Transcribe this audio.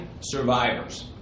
survivors